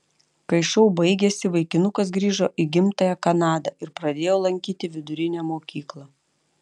kai šou baigėsi vaikinukas grįžo į gimtąją kanadą ir pradėjo lankyti vidurinę mokyklą